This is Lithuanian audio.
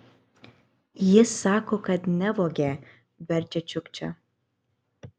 jis sako kad nevogė verčia čiukčia